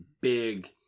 big